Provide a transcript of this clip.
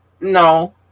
No